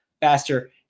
faster